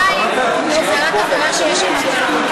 2. שזה רק עבירה שיש עמה קלון.